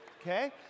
okay